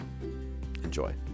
Enjoy